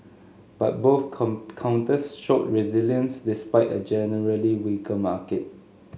but both come counters showed resilience despite a generally weaker market